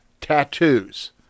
tattoos